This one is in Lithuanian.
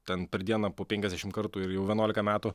ten per dieną po penkiasdešimt kartų ir jau vienuolika metų